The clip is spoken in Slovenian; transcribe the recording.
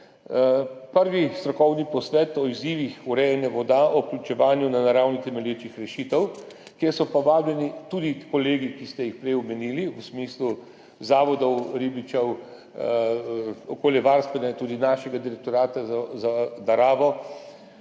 prvi strokovni posvet o izzivih urejanja voda, o vključevanju na naravni temelječih rešitev, kjer so pa vabljeni tudi kolegi, ki ste jih prej omenili, v smislu zavodov, ribičev, okoljevarstvene, tudi našega Direktorata za naravo.